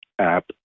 app